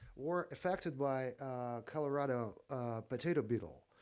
were affected by colorado potato beetle.